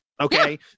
Okay